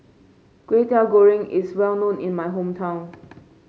Kway Teow Goreng is well known in my hometown